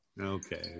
Okay